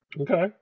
okay